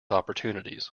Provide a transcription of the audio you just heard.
opportunities